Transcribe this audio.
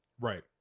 right